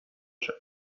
شود